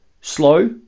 Slow